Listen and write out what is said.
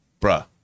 Bruh